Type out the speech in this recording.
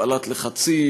הפעלת לחצים,